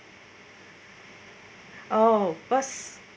oh bus